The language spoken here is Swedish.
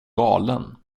galen